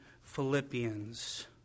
Philippians